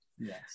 Yes